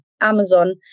amazon